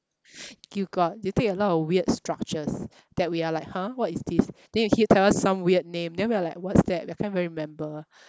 you got you take a lot of weird structures that we are like !huh! what is this then you keep tell us some weird name then we are like what's that I can't even remember